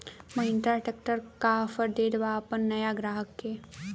Mahindra tractor का offer देत बा अपना नया ग्राहक के?